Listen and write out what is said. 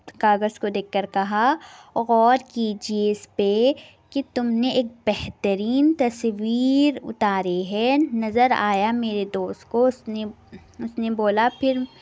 کاغذ کو دیکھ کر کہا غور کیجیے اس پہ کہ تم نے ایک بہترین تصویر اتاری ہے نظر آیا میرے دوست کو اس نے اس نے بولا پھر